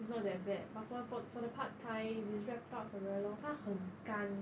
it's not that bad but for for the pad thai if it is wrapped up for very long time 它很干